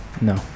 No